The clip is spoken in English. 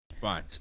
fine